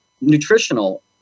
nutritional